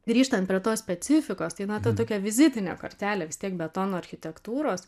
grįžtan prie tos specifikos tai na ta tokia vizitinė kortelė vis tiek betono architektūros